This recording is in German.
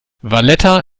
valletta